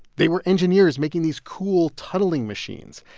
they were engineers making these cool tunneling machines.